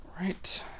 Right